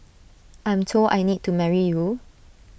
I'm told I need to marry you